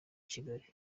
kigali